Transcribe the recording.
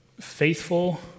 faithful